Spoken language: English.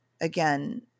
again